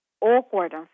awkward